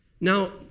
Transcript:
Now